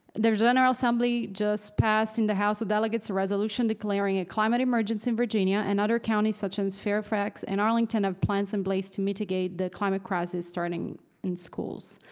the general assembly just passed in the house of delegates a resolution declaring a climate emergency in virginia, and other counties, such as fairfax and arlington, have plans in place to mitigate the climate crisis, starting in schools.